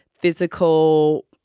physical